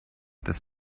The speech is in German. das